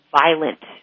violent